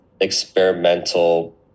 experimental